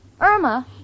Irma